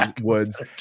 woods